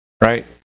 right